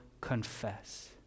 confess